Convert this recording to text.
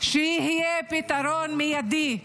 שיהיה פתרון מיידי,